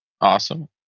awesome